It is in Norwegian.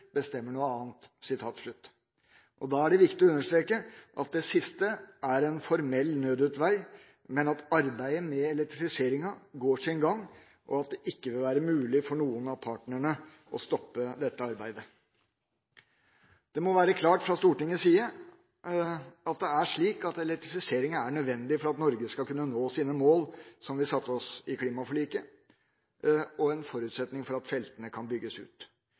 Da er det viktig å understreke at det siste er en formell nødutveg, men at arbeidet med elektrifiseringen går sin gang, og at det ikke vil være mulig for noen av partnerne å stoppe dette arbeidet. Det må være klart at det fra Stortingets side er slik at elektrifiseringen er nødvendig for at Norge skal kunne nå de mål som vi satte oss i klimaforliket, og en forutsetning for at feltene kan bygges ut.